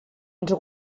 ens